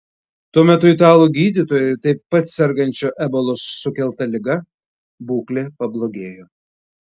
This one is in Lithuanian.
tuo metu italų gydytojo taip pat sergančio ebolos sukelta liga būklė pablogėjo